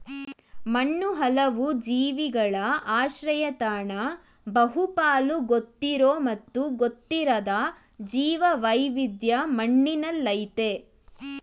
ಮಣ್ಣು ಹಲವು ಜೀವಿಗಳ ಆಶ್ರಯತಾಣ ಬಹುಪಾಲು ಗೊತ್ತಿರೋ ಮತ್ತು ಗೊತ್ತಿರದ ಜೀವವೈವಿಧ್ಯ ಮಣ್ಣಿನಲ್ಲಯ್ತೆ